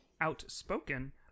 outspoken